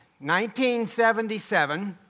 1977